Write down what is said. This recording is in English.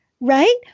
Right